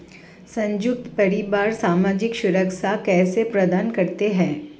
संयुक्त परिवार सामाजिक सुरक्षा कैसे प्रदान करते हैं?